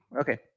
Okay